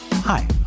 Hi